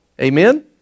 Amen